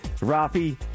Rafi